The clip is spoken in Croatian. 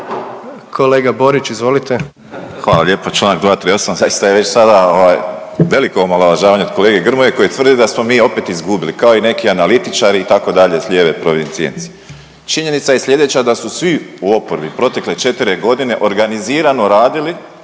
**Borić, Josip (HDZ)** Hvala lijepa. Članak 238. Zaista je već sada veliko omalovažavanje od kolege Grmoje koji tvrdi da smo mi opet izgubili kao i neki analitičari itd. s lijeve provicijencije. Činjenica je sljedeća da su svi u oporbi protekle četiri godine organizirano radili